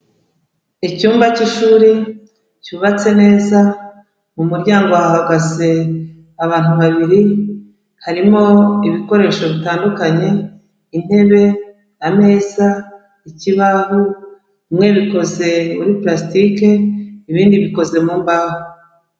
Icyumba cy'ishuri cyubatse neza mu muryango hahagaze abantu babiri, harimo ibikoresho bitandukanye: intebe, ameza, ikibaho, bimwe bikoze muri parasitike, ibindi bikozwe mu mbaho.